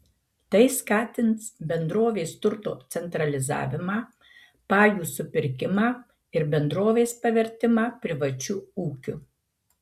tai skatins bendrovės turto centralizavimą pajų supirkimą ir bendrovės pavertimą privačiu ūkiu